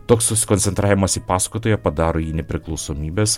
toks susikoncentravimas į pasakotoją padaro jį nepriklausomybės